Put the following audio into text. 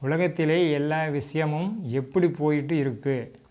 உலகத்தில் எல்லா விஷயமும் எப்படி போயிகிட்டு இருக்குது